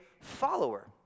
follower